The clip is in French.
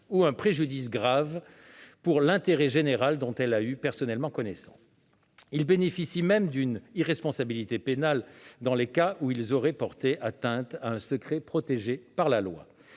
ou un préjudice grave pour l'intérêt général, dont elle a eu personnellement connaissance ». Les lanceurs d'alerte bénéficient même d'une irresponsabilité pénale dans les cas où ils auraient porté atteinte à un secret protégé par la loi.